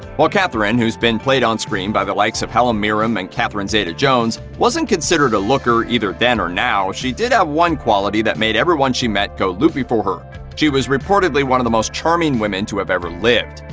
while catherine, who's been played onscreen by the likes of helen mirren and catherine zeta-jones, wasn't considered a looker either then or now, she did have one quality that made everyone she met go loopy for her she was reportedly one of the most charming women to have ever lived.